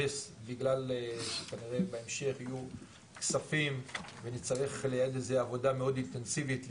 כי כנראה בהמשך יהיו כספים ונצטרך ליעד איזו עבודה מאוד אינטנסיבית.